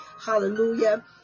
hallelujah